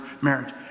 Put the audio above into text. marriage